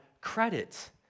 credit